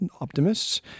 optimists